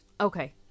Okay